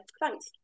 thanks